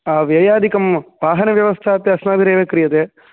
व्ययादिकं वाहनव्यवस्था अपि अस्माभिरेव क्रियते